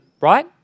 right